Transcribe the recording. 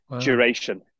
duration